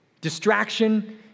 Distraction